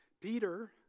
Peter